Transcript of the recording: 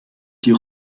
die